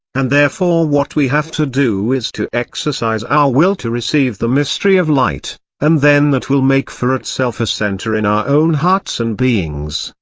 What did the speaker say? and therefore what we have to do is to exercise our will to receive the mystery of light, and then that will make for itself a centre in our own hearts and beings,